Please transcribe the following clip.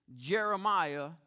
Jeremiah